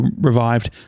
revived